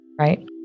right